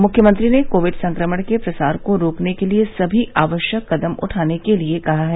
मुख्यमंत्री ने कोविड संक्रमण के प्रसार को रोकने के लिए समी आवश्यक कदम उठाने के लिए कहा है